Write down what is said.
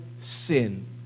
sin